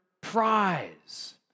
prize